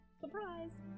Surprise